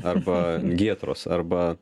arba gietros arba